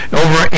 over